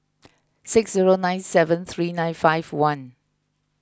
six zero nine seven three nine five one